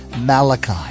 Malachi